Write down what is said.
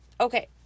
Okay